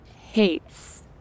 hates